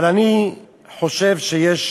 אבל אני חושב שיש